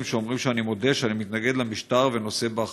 שאומרים שאני מודה שאני מתנגד למשטר ונושא באחריות.